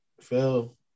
Phil